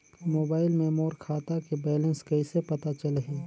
Mobile मे मोर खाता के बैलेंस कइसे पता चलही?